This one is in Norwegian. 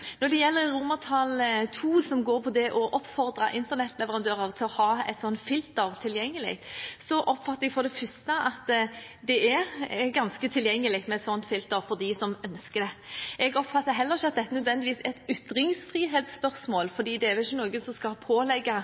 Når det gjelder II, som handler om å oppfordre internettleverandørene til å ha et filter tilgjengelig, oppfatter jeg for det første at det er ganske tilgjengelig med et slikt filter for dem som ønsker det. Jeg oppfatter heller ikke at dette nødvendigvis er et ytringsfrihetsspørsmål, for det er jo ikke noen som skal pålegge